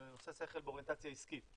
זה עושה שכל באוריינטציה עסקית,